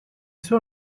suo